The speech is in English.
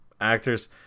actors